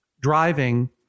driving